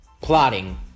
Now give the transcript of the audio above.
plotting